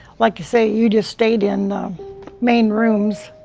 like you say, you just stayed in the main rooms,